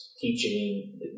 teaching